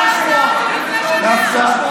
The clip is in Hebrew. אז למה חתמת על ההצעה לפני שנה?